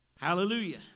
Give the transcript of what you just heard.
Hallelujah